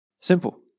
simple